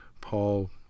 Paul